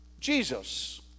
Jesus